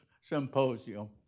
symposium